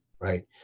right